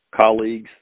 colleagues